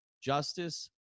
Justice